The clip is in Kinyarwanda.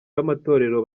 b’amatorero